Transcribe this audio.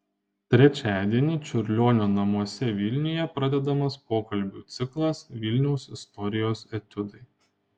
trečiadienį čiurlionio namuose vilniuje pradedamas pokalbių ciklas vilniaus istorijos etiudai